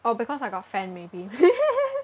oh because I got fan maybe